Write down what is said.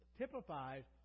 typifies